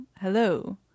hello